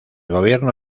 gobierno